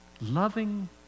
loving